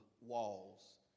walls